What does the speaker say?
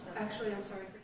actually, i'm sorry